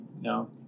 No